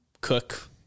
cook